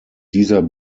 dieser